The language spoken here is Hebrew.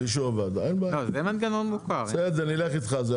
באישור הוועדה בסדר אין בעיה.